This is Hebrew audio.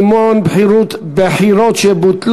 מימון בחירות שבוטלו),